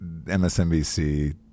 MSNBC